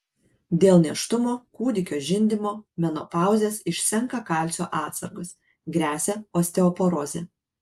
dėl nėštumo kūdikio žindymo menopauzės išsenka kalcio atsargos gresia osteoporozė